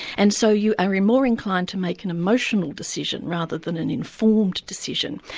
and so you are more inclined to make an emotional decision rather than an informed decision.